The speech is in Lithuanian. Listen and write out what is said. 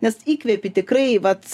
nes įkvepi tikrai vat